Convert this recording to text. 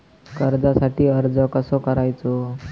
कर्जासाठी अर्ज कसो करायचो?